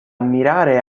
ammirare